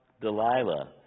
Delilah